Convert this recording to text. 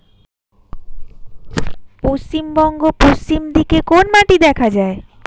পশ্চিমবঙ্গ পশ্চিম দিকে কোন মাটি দেখা যায়?